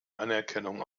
anerkennung